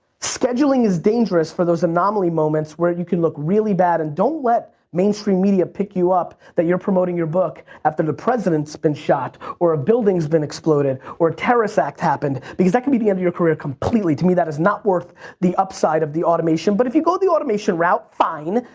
scheduling is dangerous for those anomaly moments where you can look really bad. and don't let mainstream media pick you up that you're promoting your book after the president's been shot or a building's been exploded or terrorist act happened because that can be the end of your career completely. to me that is not worth the upside of the automation. but if you go the automation route, fine.